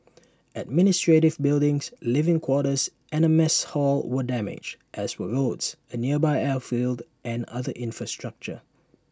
administrative buildings living quarters and A mess hall were damaged as were roads A nearby airfield and other infrastructure